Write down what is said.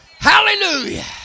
Hallelujah